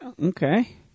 Okay